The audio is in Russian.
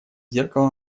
зеркало